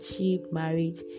marriage